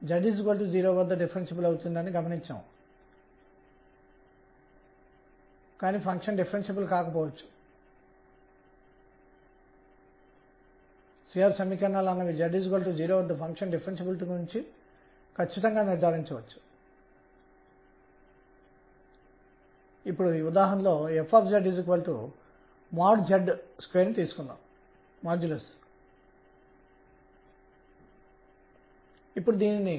కాబట్టి నేను మీకు చూపించిన p అనేది L z తప్ప మరొకటి కాదు మరియు L వ్యక్తీకరణ నుండి ఇది mr2 mr2sinθ గా ఉంటుంది దీనిని p psinθ అని వ్రాయగలం